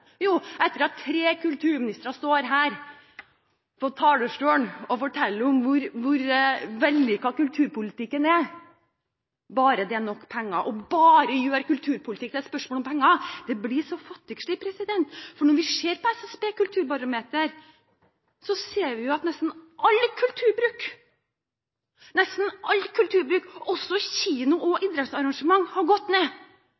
Jo, tre kulturministre har stått på talerstolen og fortalt hvor vellykket kulturpolitikken er bare det er nok penger – de gjør kulturpolitikken til bare et spørsmål om penger. Det blir så fattigslig. Når vi ser på SSBs kulturbarometer, ser vi at nesten all kulturbruk, også når det gjelder kino og idrettsarrangementer, gikk ned